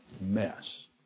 mess